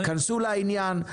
תתכנסו לעניין,